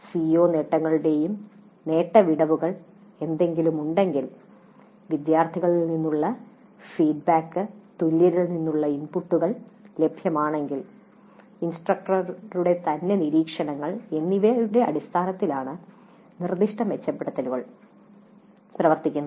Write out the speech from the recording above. CO നേട്ടങ്ങളുടെയും നേട്ടങ്ങളുടെ വിടവുകൾ എന്തെങ്കിലുമുണ്ടെങ്കിൽ വിദ്യാർത്ഥികളിൽ നിന്നുള്ള ഫീഡ്ബാക്ക് തുല്യരിൽ നിന്നുള്ള ഇൻപുട്ടുകൾ ലഭ്യമാണെങ്കിൽ ഇൻസ്ട്രക്ടറുടെ തന്നെ നിരീക്ഷണങ്ങൾ എന്നിവയുടെ അടിസ്ഥാനത്തിലാണ് നിർദ്ദിഷ്ട മെച്ചപ്പെടുത്തലുകൾ പ്രവർത്തിക്കുന്നത്